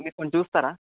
మీరు కొంచెం చూస్తారా